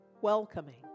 welcoming